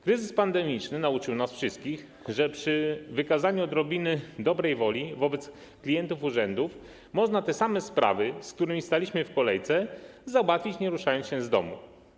Kryzys pandemiczny nauczył nas wszystkich, że przy wykazaniu odrobiny dobrej woli wobec klientów urzędów można te same sprawy, z którymi staliśmy w kolejce, załatwić, nie ruszając się z domu.